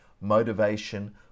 motivation